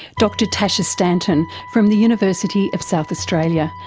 dr tasha stanton from the university of south australia.